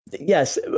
Yes